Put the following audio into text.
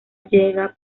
llega